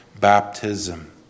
baptism